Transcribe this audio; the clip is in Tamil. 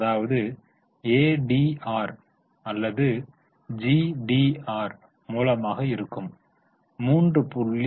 அதாவது ADR அல்லது GDR மூலமாக இருக்கும் 3